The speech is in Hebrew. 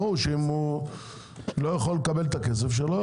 ברור שאם הוא לא יכול לקבל את הכסף שלא.